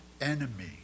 enemy